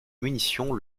munition